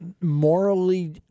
morally